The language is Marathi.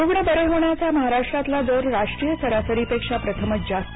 रुग्ण बरे होण्याचा महाराष्ट्रातला दर राष्ट्रीय सरासरीपेक्षा प्रथमच जास्त